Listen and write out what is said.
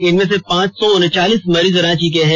इनमें से पांच सौ उन्चालीस मरीज रांची के हैं